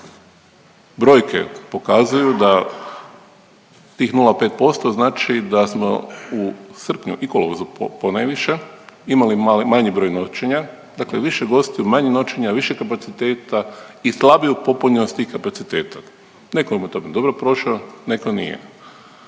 brojke pokazuju da tih 0,5% znači da smo u srpnju i kolovozu ponajviše imali mali, manji broj noćenja, dakle više gostiju, manje noćenja, više kapaciteta i slabiju popunjenost tih kapaciteta, neko je u tome dobro prošao, neko nije,